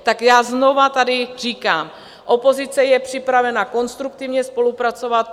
Tak tady znovu říkám, opozice je připravena konstruktivně spolupracovat.